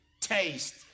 taste